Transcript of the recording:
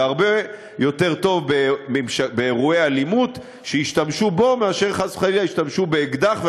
הרבה יותר טוב שישתמשו בו באירועי אלימות מאשר חס וחלילה שישתמשו באקדח,